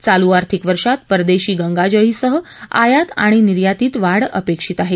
चालू आर्थिक वर्षात परदेशी गंगाजळीसह आयात आणि निर्यातीत वाढ अपेक्षित आहे